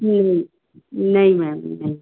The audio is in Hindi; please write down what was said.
जी नहीं मैम नहीं